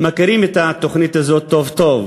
מכירים אותה טוב טוב,